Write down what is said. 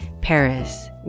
Paris